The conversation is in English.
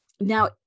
Now